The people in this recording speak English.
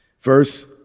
Verse